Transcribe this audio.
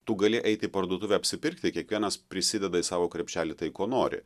tu gali eit į parduotuvę apsipirkti kiekvienas prisideda į savo krepšelį tai ko nori